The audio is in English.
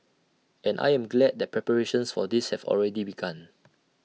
and I am glad that preparations for this have already begun